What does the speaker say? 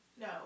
No